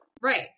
Right